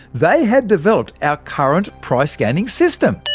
they had developed our current price-scanning system.